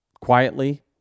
quietly